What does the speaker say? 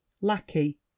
Lackey